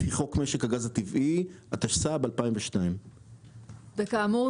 לפי חוק משק הגז הטבעי התשס"ב 2002. וכאמור